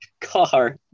car